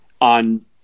on